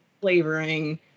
flavoring